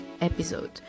episode